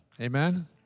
Amen